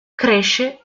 cresce